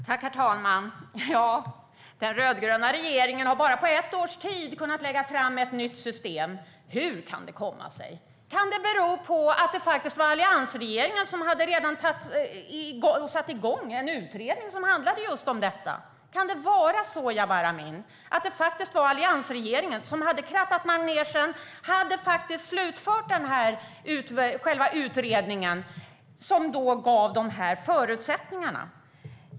Herr talman! Ja, den rödgröna regeringen har på bara ett års tid kunnat lägga fram ett nytt system. Hur kan det komma sig? Kan det bero på att alliansregeringen redan hade satt igång en utredning som handlade om just detta? Kan det vara så, Jabar Amin, att det var alliansregeringen som hade krattat manegen och slutfört utredningen som gav de här förutsättningarna?